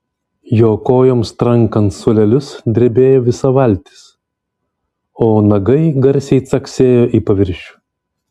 jo kojoms trankant suolelius drebėjo visa valtis o nagai garsiai caksėjo į paviršių